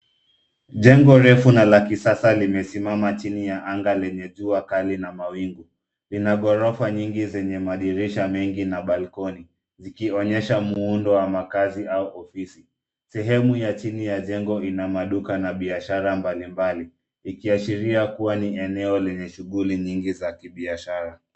Jengo refu na la kisasa limesimama chini ya anga yenye jua kali na mawingu. Lina ghorofa nyingi zenye madirisha mengi na balcony . Zikionyesha muundo wa makazi au ofisi. Sehemu ya chini ya jengo ina maduka na biashara mbalimbali. Ikiashiria kuwa ni eneo lenye shughuli nyingi za kibiashara.